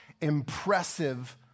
impressive